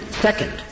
Second